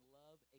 love